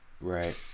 Right